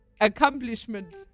accomplishment